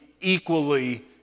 equally